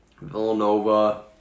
Villanova